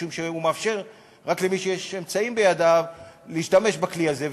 משום שהוא מאפשר רק למי שיש אמצעים בידיו להשתמש בכלי הזה,